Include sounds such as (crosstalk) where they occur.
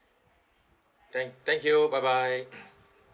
thank thank you bye bye (coughs)